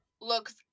looks